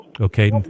Okay